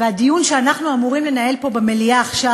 והדיון שאנחנו אמורים לנהל פה במליאה עכשיו,